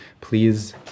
Please